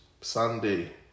Sunday